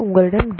உங்களிடம் டி